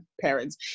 parents